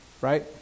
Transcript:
right